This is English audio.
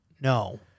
No